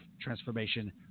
Transformation